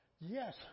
yes